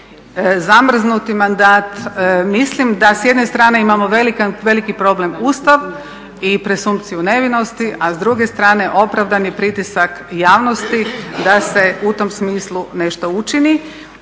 zamrznuti mandat. Mislim da s jedne strane imamo veliki problem Ustav i …/Govornik se ne razumije./… nevinosti a s druge strane opravdani pritisak javnosti da se u tom smislu nešto učini.